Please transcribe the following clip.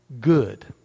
Good